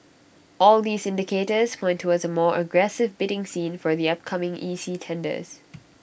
all these indicators point towards A more aggressive bidding scene for upcoming E C tenders